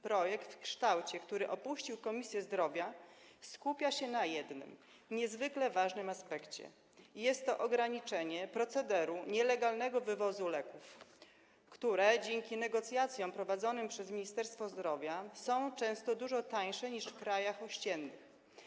Projekt w kształcie, w którym opuścił Komisję Zdrowia, skupia się na jednym niezwykle ważnym aspekcie - jest to ograniczenie procederu nielegalnego wywozu leków, które dzięki negocjacjom prowadzonym przez Ministerstwo Zdrowia są często dużo tańsze niż w krajach ościennych.